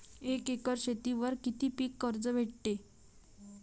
एक एकर शेतीवर किती पीक कर्ज भेटते?